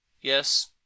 Yes